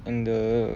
and the